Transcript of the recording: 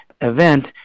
event